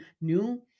new